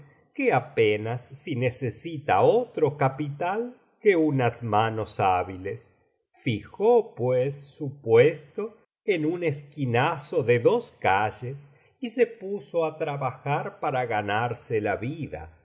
que apenas si necesita otro capital que unas manos hábiles fijó pues su puesto en un esquinazo de dos calles y se puso á trabajar para ganarse la vida